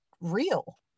real